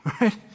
Right